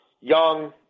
young